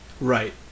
Right